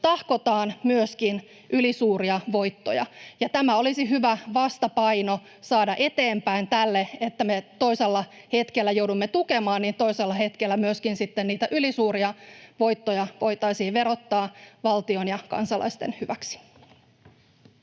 tahkotaan myöskin ylisuuria voittoja. Tämä olisi hyvä vastapaino saada eteenpäin tälle, että me toisella hetkellä joudumme tukemaan, että toisella hetkellä niitä ylisuuria voittoja voitaisiin myöskin verottaa valtion ja kansalaisten hyväksi.